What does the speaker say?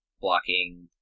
blocking